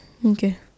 okay